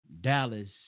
Dallas